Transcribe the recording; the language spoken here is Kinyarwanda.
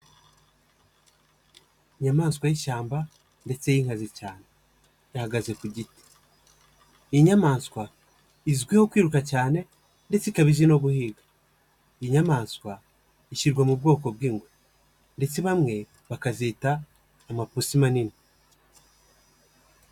Inyamaswa y'ishyamba ndetse y'inkazi cyane, ihagaze ku git.i Iyi inyamaswa izwiho kwiruka cyane ndetse ikabije no guhiga. Iyi nyamaswa ishyirwa mu bwoko bw'ingwe, ndetse bamwe bakazita amapusi manini.